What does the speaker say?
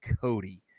Cody